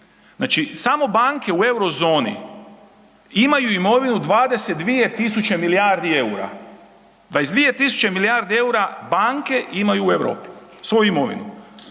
Znači samo banke u Eurozoni imaju imovinu 22 tisuće milijardi eura, 22 tisuće milijardi eura banke imaju u Europi svoju imovinu.